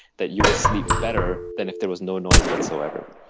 that you will sleep better than if there was no noise whatsoever.